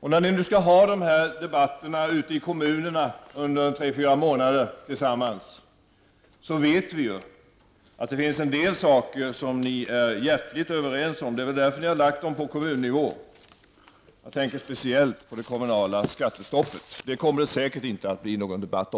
Ni skall nu föra debatter tillsammans ute i kommunerna under tre fyra månader. Men vi vet att det finns en del saker som ni är hjärtligt överens om. Det är väl därför ni har lagt debatterna på kommunnivå. Jag tänker speciellt på det kommunala skattestoppet. Det kommer det säkert inte att bli någon debatt om.